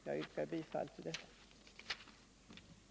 Jag yrkar bifall till utskottets hemställan.